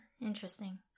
interesting